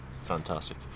Fantastic